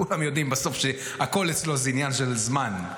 כולם יודעים בסוף שהכול אצלו זה עניין של זמן,